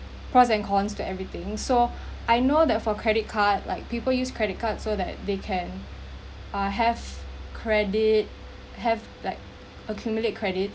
pros and cons to everything so I know that for credit card like people use credit card so that they can uh have credit have like accumulate credits